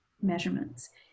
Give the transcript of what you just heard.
measurements